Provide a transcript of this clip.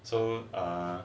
so err